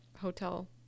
hotel